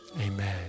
amen